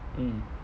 mm